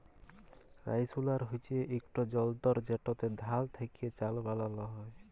rice huller হছে ইকট যল্তর যেটতে ধাল থ্যাকে চাল বালাল হ্যয়